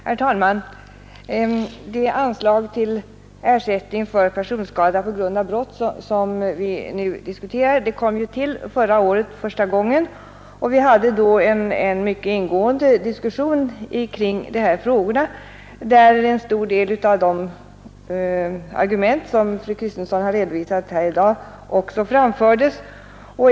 Herr talman! Det anslag till ersättning för personskada på grund av brott som vi nu diskuterar kom ju till förra året första gången, och det fördes då en mycket ingående diskussion i dessa frågor där en stor del av de argument som fru Kristensson har redovisat här i dag också framfördes.